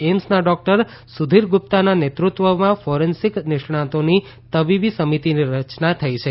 એમ્સના doctor Sudhir ગુપ્તાના નેતૃત્વના forensic નિષ્ણાંતોની તબીબી સમિતિની રચના થઇ છે